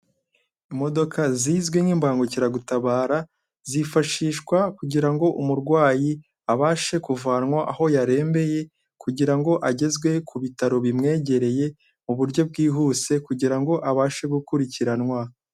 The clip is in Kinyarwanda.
Imodoka zizwi nk'imbangukiragutabara, zifashishwa kugira ngo umurwayi abashe kuvanwa aho yarembeye, kugira ngo agezwe ku bitaro bimwegereye mu buryo bwihuse, kugira ngo abashe gukurikiranwa.